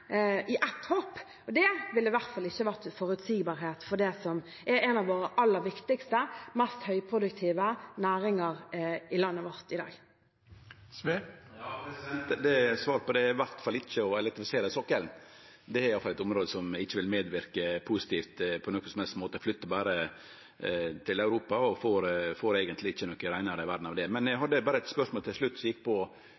i ett hopp, og det ville i hvert fall ikke vært forutsigbarhet for det som er en av våre aller viktigste, mest høyproduktive næringer i landet i dag. Svaret på det er i alle fall ikkje å elektrifisere sokkelen. Det er i alle fall eit område som ikkje vil medverke positivt på nokon som helst måte. Ein flyttar det berre til Europa og får eigentleg ikkje noka reinare verd av det. Men